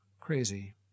crazy